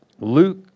Luke